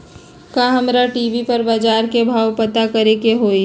का हमरा टी.वी पर बजार के भाव पता करे के होई?